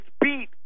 beat